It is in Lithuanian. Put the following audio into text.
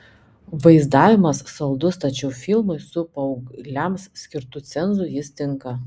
vaizdavimas saldus tačiau filmui su paaugliams skirtu cenzu jis tinka